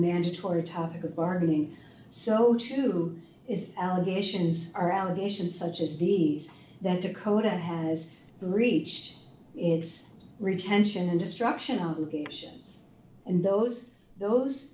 mandatory topic of bargaining so too is allegations are allegations such as these that dakota has breached is retention and destruction obligations and those those